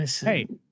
Hey